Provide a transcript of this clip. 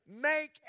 make